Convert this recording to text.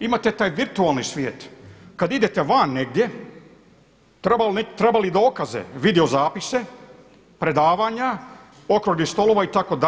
Imate taj virtualni svijet, kada idete van negdje trebali dokaze, videozapise, predavanja, okruglih stolova itd.